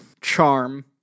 charm